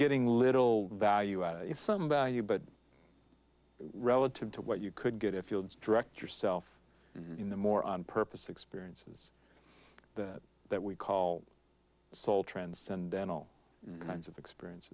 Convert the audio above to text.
getting little value out of it some by you but relative to what you could get if fields direct yourself in the more on purpose experiences that that we call soul transcendental kinds of experience